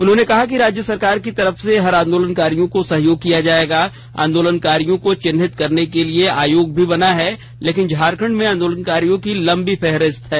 उन्होंने कहा कि राज्य सरकार की तरफ से हर आंदोलनकारियों को सहयोग किया जाएगा आंदोलनकारियों को चिह्नित करने के लिए आयोग भी बना है लेकिन झारखंड में आंदोलनकारियों की लंबी फेहरिस्त है